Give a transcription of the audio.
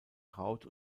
traut